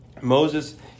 Moses